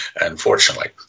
unfortunately